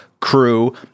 crew